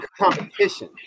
competition